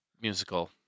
musical